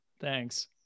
Thanks